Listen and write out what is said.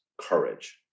courage